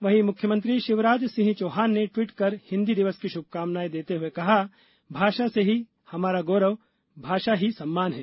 वहीं मुख्यमंत्री शिवराज सिंह चौहान ने ट्वीट कर हिंदी दिवस की शुभकामनाएं देते हुए कहा भाषा से ही हमारा गौरव भाषा ही सम्मान है